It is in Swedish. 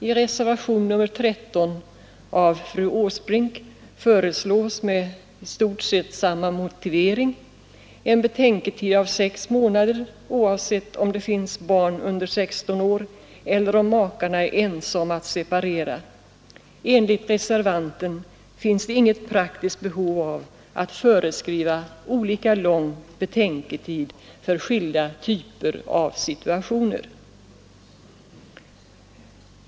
I reservationen 13 av fru Åsbrink föreslås med i stort sett samma motivering en betänketid av sex månader, oavsett om det finns barn under 16 år eller om makarna är ense om att separera. Enligt reservanten finns det inget praktiskt behov av att föreskriva olika lång betänketid för skilda typer av situationer.